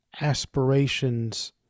aspirations